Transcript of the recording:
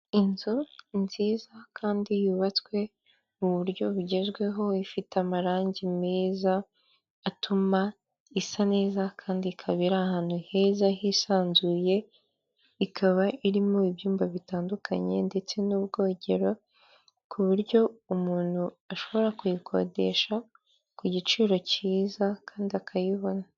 Inzu nziza kandi yubatswe mu buryo bugezweho ifite amarangi meza atuma isa neza kandi ikaba ari ahantu heza hisanzuye, ikaba irimo ibyumba bitandukanye ndetse n'ubwogero ku buryo umuntu ashobora kuyikodesha ku giciro cyiza kandi akayibona.